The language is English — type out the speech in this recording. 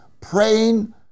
praying